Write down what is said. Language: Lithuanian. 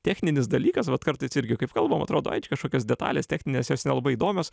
techninis dalykas vat kartais irgi kaip kalbam atrodo ai čia kažkokios detalės techninės jos nelabai įdomios